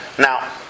now